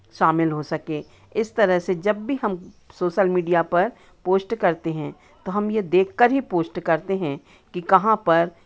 शामिल हो सकें इस तरह से जब भी हम सोशल मीडिया पर पोस्ट करते हैं तो हम यह देखकर ही पोस्ट करते हैं कि कहाँ पर